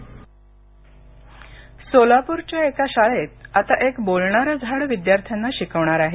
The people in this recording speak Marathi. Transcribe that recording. टॉकिंग ट्री सोलाप्रच्या एका शाळेत आता एक बोलणारं झाड विद्यार्थ्यांना शिकवणार आहे